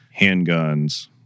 handguns